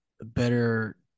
better